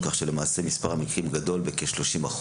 כך שלמעשה מספר המקרים גדול בכ-30%,